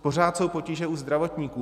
Pořád jsou potíže u zdravotníků.